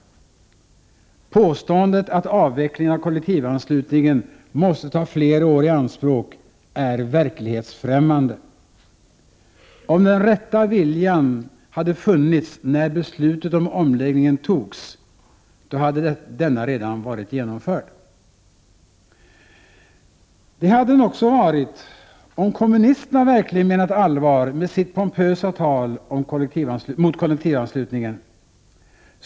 Påståendet att avvecklingen av kollektivanslutningen måste ta flera år i anspråk är verklighetsfrämmande. Om den rätta viljan hade funnits när beslutet om omläggningen fattades, hade denna redan varit genomförd. Det skulle den också ha varit, om kommunisterna verkligen hade menat allvar med sitt pompösa tal mot kollektivanslutningen.